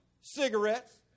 cigarettes